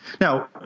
Now